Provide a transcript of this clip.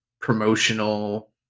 promotional